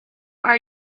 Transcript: are